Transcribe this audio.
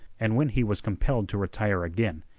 and when he was compelled to retire again,